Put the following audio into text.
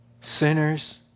sinners